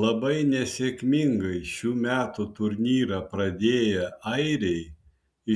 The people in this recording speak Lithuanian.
labai nesėkmingai šių metų turnyrą pradėję airiai